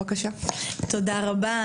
תודה רבה,